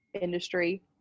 industry